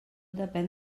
depèn